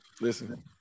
listen